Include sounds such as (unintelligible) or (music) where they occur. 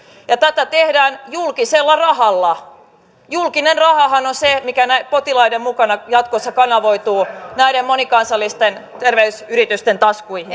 ja tätä tehdään julkisella rahalla julkinen rahahan on se mikä potilaiden mukana jatkossa kanavoituu näiden monikansallisten terveysyritysten taskuihin (unintelligible)